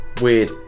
weird